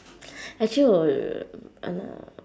actually 我 y~ !hanna!